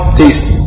taste